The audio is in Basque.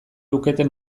lukete